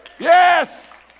yes